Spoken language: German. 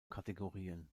kategorien